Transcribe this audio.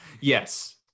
yes